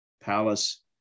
palace